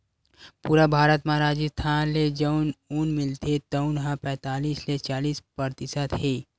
पूरा भारत म राजिस्थान ले जउन ऊन मिलथे तउन ह पैतीस ले चालीस परतिसत हे